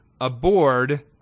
aboard